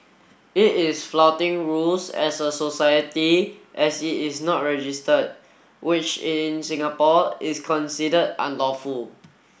it is flouting rules as a society as it is not registered which in Singapore is considered unlawful